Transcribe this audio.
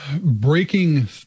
breaking